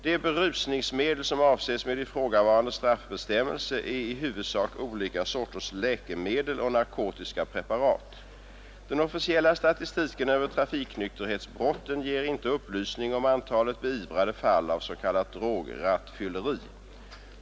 De berusningsmedel som avses med ifrågavarande straffbestämmelse är i huvudsak olika sorters läkemedel och narkotiska preparat. Den officiella statistiken över trafiknykterhetsbrotten ger inte upplysning om antalet beivrade fall av s.k. drograttfylleri.